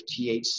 THC